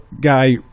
guy